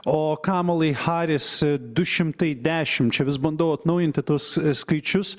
o kamalai harris du šimtai dešim čia vis bandau atnaujinti tuos skaičius